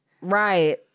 right